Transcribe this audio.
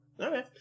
Okay